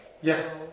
Yes